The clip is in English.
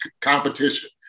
competition